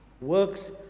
works